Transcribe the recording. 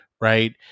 Right